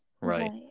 right